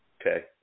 okay